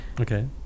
Okay